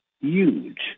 huge